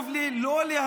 לא מעבר.